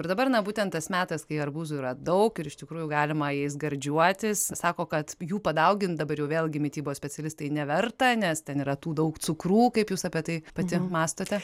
ir dabar na būtent tas metas kai arbūzų yra daug ir iš tikrųjų galima jais gardžiuotis sako kad jų padaugint dabar jau vėlgi mitybos specialistai neverta nes ten yra tų daug cukrų kaip jūs apie tai pati mąstote